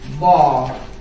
law